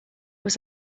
was